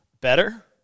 better